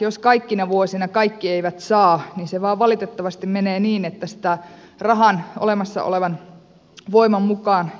jos kaikkina vuosina kaikki eivät saa niin se valitettavasti vain menee niin että sitä jaetaan rahan olemassa olevan voiman mukaan